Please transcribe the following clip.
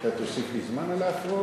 אתה תוסיף לי זמן על ההפרעות האלה?